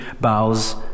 bows